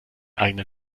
eigenen